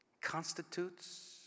constitutes